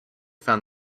found